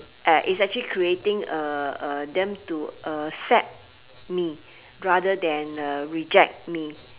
uh it's actually creating uh uh them to accept me rather than uh reject me